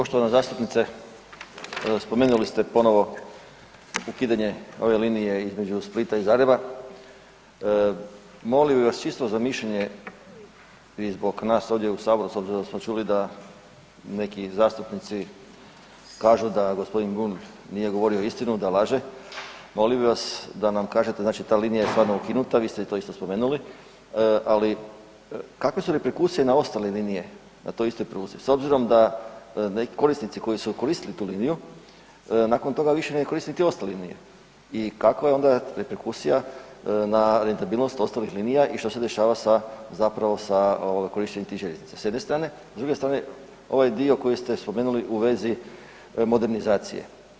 Poštovana zastupnice, spomenuli ste ponovno ukidanje ove linije između Splita i Zagreba, molio bi vas čisto za mišljenje i zbog nas ovdje u Saboru s obzirom da smo čuli da neki zastupnici kažu da, gospodin ... nije govorio istinu, da laže, molio bi vas da nam kažete znači ta linija je stvarno ukinuta, vi ste to isto spomenuli, ali kakve su reperkusije na ostale linije na toj istoj pruzi s obzirom da neki korisnici koji su koristili tu liniju, nakon toga više ne koriste niti ostale linije i kako je onda reperkusija na rentabilnost ostalih linija i što se dešava sa zapravo sa korištenjem tih željeznica, s jedne strane, s druge strane, ovaj dio koji ste spomenuli u vezi modernizacije.